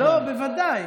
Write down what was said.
לא, בוודאי.